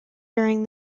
during